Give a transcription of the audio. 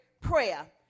prayer